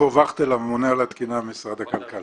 יעקב וכטל, הממונה על התקינה במשרד הכלכלה.